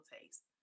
taste